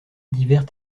divers